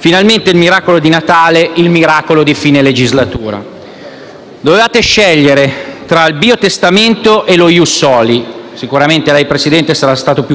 Finalmente il miracolo di Natale, il miracolo di fine legislatura. Dovevate scegliere tra il biotestamento e lo *ius soli* - sicuramente lei, Presidente, sarebbe stato più